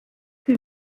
wie